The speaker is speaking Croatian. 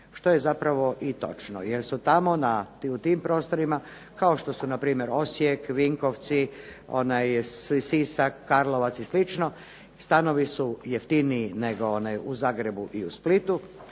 što je zapravo i točno jer su tamo u tim prostorima, kao što su npr. Osijek, Vinkovci, Sisak, Karlovac i slično, stanovi su jeftiniji nego u Zagrebu i Splitu